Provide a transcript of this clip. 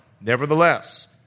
Nevertheless